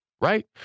Right